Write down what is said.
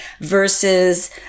versus